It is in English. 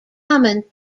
common